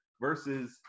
versus